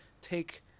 take